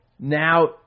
Now